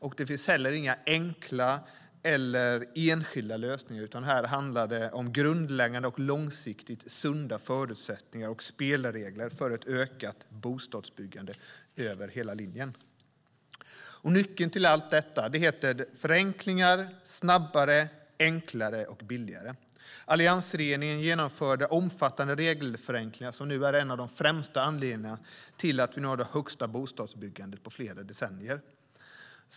Det finns inte heller några enkla eller enskilda lösningar, utan här handlar det om grundläggande och långsiktigt sunda förutsättningar och spelregler för ett ökat bostadsbyggande över hela linjen. Nyckeln till allt detta är förenklingar och att det ska gå snabbare, vara enklare och billigare. Alliansregeringen genomförde omfattande regelförenklingar som nu är en av de främsta anledningarna till att vi har det högsta bostadsbyggandet på flera decennier.